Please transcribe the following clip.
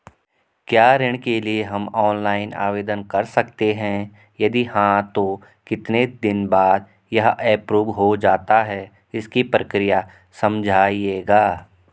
क्या ऋण के लिए हम ऑनलाइन आवेदन कर सकते हैं यदि हाँ तो कितने दिन बाद यह एप्रूव हो जाता है इसकी प्रक्रिया समझाइएगा?